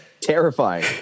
terrifying